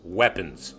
weapons